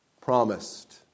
promised